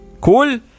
Cool